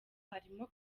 harimo